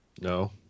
no